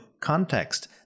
context